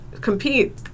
compete